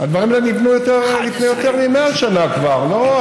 היא החופש ליצור ולייצר כל מה שעולה בדמיונו של אדם.